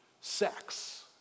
sex